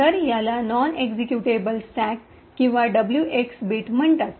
तर याला non executable stack किंवा डब्ल्यू एक्स बिट म्हणतात